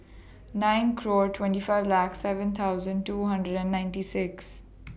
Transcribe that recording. nine claw twenty five lax seven thousand two hundred and ninety six